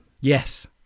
Yes